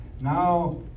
now